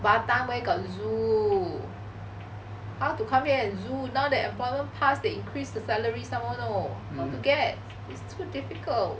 batam where got zoo how to come here and zoo now that employment pass they increase the salary some more you know how to get is too difficult